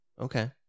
Okay